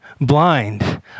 blind